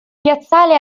piazzale